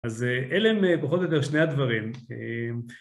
אז אלה הם פחות או יותר שני הדברים